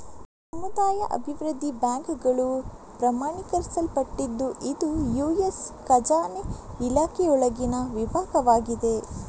ಸಮುದಾಯ ಅಭಿವೃದ್ಧಿ ಬ್ಯಾಂಕುಗಳು ಪ್ರಮಾಣೀಕರಿಸಲ್ಪಟ್ಟಿದ್ದು ಇದು ಯು.ಎಸ್ ಖಜಾನೆ ಇಲಾಖೆಯೊಳಗಿನ ವಿಭಾಗವಾಗಿದೆ